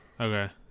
Okay